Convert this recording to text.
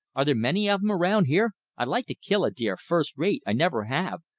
are there many of em around here? i'd like to kill a deer first rate. i never have.